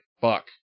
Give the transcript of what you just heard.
fuck